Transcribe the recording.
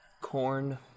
Corn